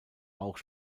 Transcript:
auch